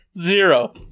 Zero